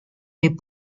des